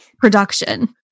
production